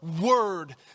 word